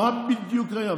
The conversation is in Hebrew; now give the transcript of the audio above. אז מה בדיוק היה?